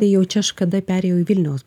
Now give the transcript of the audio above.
tai jau čia aš kada perėjau į vilniaus